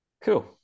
Cool